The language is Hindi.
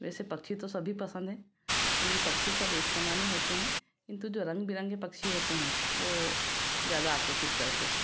जैसे पक्षी तो सभी पसंद हैं लेकिन पक्षी सब एक समान ही होते हैं किंतु जो रंग बिरंगे पक्षी होते हैं वो ज्यादा आकर्षित करते हैं